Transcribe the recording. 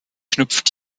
knüpft